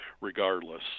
regardless